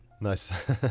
Nice